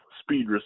speed